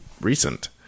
recent